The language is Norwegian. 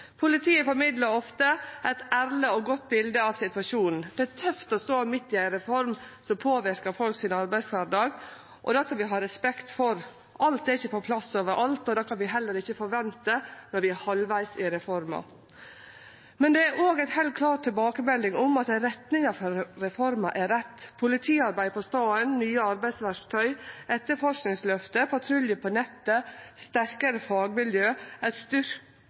Politiet formidlar ofte eit ærleg og godt bilete av situasjonen. Det er tøft å stå midt i ei reform som påverkar arbeidskvardagen til folk, og det skal vi ha respekt for. Alt er ikkje på plass overalt, og det kan vi heller ikkje forvente når vi er halvvegs i reforma. Men det er òg ei heilt klar tilbakemelding om at retninga for reforma er rett. Politiarbeid på staden, nye arbeidsverktøy, etterforskingsløftet, patrulje på nettet, sterkare fagmiljø,